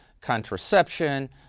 contraception